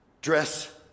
Dress